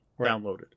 downloaded